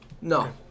No